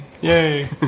Yay